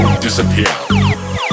disappear